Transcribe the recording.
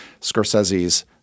Scorsese's